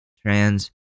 trans